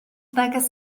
neges